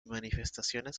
manifestaciones